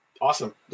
Awesome